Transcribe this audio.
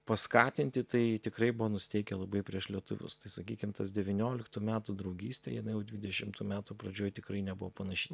paskatinti tai tikrai buvo nusiteikę labai prieš lietuvius tai sakykim tas devynioliktų metų draugystė jinai jau dvidešimtų metų pradžioj tikrai nebuvo panaši